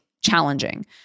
challenging